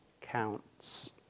counts